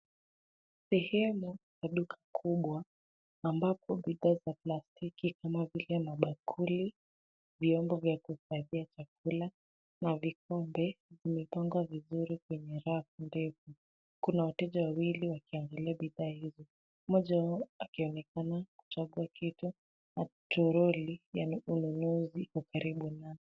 Sehemu ya duka kubwa ambapo bidhaa za plastiki kama vile mabakuli, vyombo vya kuservia chakula na vikombe, vimepangwa vizuri kwenye rafu ndefu. Kuna wateja wawili wakiangalia bidhaa hizo, mmoja wao akionekana kuchagua kitu na toroli ya ununuzi iko karibu nao.